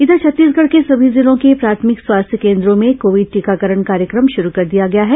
इधर छत्तीसगढ़ के समी जिलों के प्राथमिक स्वास्थ्य केन्द्रों में कोविड टीकाकरण कार्यक्रम शुरू कर दिया गया है